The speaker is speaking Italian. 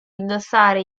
indossare